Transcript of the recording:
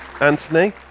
Anthony